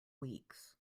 weeks